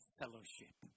fellowship